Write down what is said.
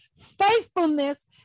faithfulness